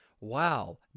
Wow